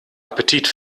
appetit